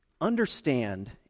Understand